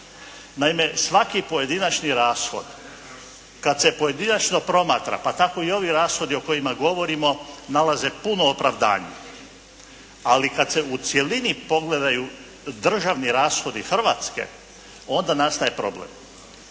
Naime, svaki pojedinačni rashod, kada se pojedinačno promatra, pa tako i ovi rashodi o kojima govorimo nalaze puno opravdanje. Ali kada se u cjelini pogledaju državni rashodi Hrvatske onda nastaje problem.